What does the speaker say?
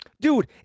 Dude